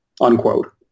unquote